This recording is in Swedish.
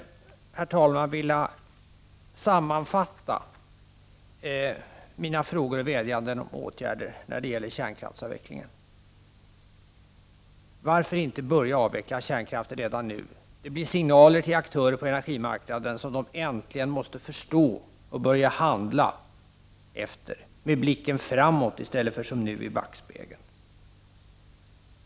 Jag skulle vilja sammanfatta mina frågor, vädjanden och åtgärder när det gäller kärnkraftsavvecklingen. Varför inte börja avveckla kärnkraften redan nu? Det blir signaler till aktörer på energimarknaden som de äntligen måste förstå och börja handla efter, med blicken framåt i stället för som nu i backspegeln.